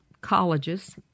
colleges